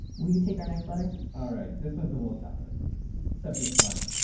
will you take our next letter? all right. this one's a little tougher subject line.